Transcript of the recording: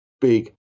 big